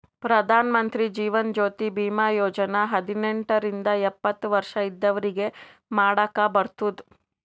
ಪ್ರಧಾನ್ ಮಂತ್ರಿ ಜೀವನ್ ಜ್ಯೋತಿ ಭೀಮಾ ಯೋಜನಾ ಹದಿನೆಂಟ ರಿಂದ ಎಪ್ಪತ್ತ ವರ್ಷ ಇದ್ದವ್ರಿಗಿ ಮಾಡಾಕ್ ಬರ್ತುದ್